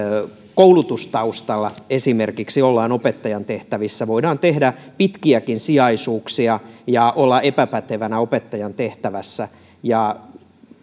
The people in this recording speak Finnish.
koulutustaustalla ollaan opettajan tehtävissä voidaan tehdä pitkiäkin sijaisuuksia ja olla epäpätevänä opettajan tehtävässä